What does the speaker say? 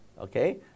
okay